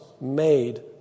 made